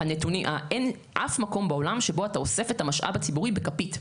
אין אף מקום בעולם שבו אתה אוסף את המשאב הציבורי בכפית.